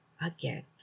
again